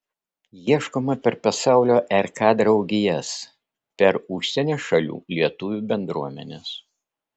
ieškoma per pasaulio rk draugijas per užsienio šalių lietuvių bendruomenes